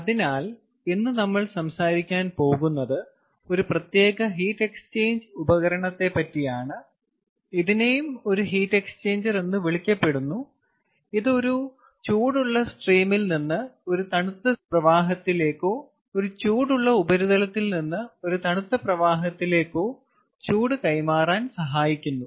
അതിനാൽ ഇന്ന് നമ്മൾ സംസാരിക്കാൻ പോകുന്നത് ഒരു പ്രത്യേക ഹീറ്റ് എക്സ്ചേഞ്ച് ഉപകരണത്തെ പറ്റിയാണ് ഇതിനെയും ഒരു ഹീറ്റ് എക്സ്ചേഞ്ചർ എന്നും വിളിക്കപ്പെടുന്നു ഇത് ഒരു ചൂടുള്ള സ്ട്രീമിൽ നിന്ന് ഒരു തണുത്ത പ്രവാഹത്തിലേക്കോ ഒരു ചൂടുള്ള ഉപരിതലത്തിൽ നിന്ന് ഒരു തണുത്ത പ്രവാഹത്തിലേക്കോ ചൂട് കൈമാറാൻ സഹായിക്കുന്നു